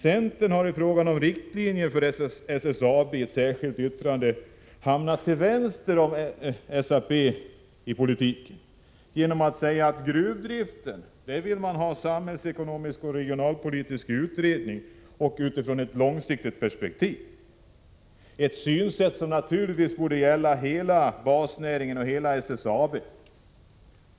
Centern har i ett särskilt yttrande om riktlinjerna för SSAB:s verksamhet hamnat till vänster om SAP i politiken, genom att säga att man vill ha en samhällsekonomisk och regionalpolitisk utredning om gruvdriften utifrån ett långsiktigt perspektiv. Detta är ett synsätt som naturligtvis borde gälla hela basnäringen och hela SSAB.